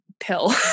pill